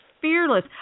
Fearless